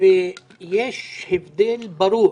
ויש הבדל ברור